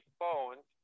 phones